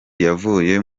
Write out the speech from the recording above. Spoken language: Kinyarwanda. yavuye